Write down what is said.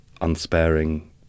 unsparing